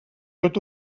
tot